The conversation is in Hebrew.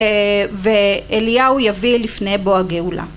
ואליהו יביא לפני בוא הגאולה.